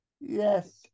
Yes